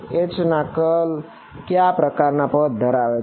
H ના curl ક્યાં પ્રકારના પદ ધરાવે છે